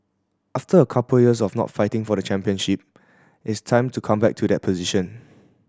after a couple years of not fighting for the championship it's time to come back to that position